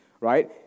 right